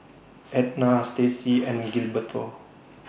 Edna Staci and Gilberto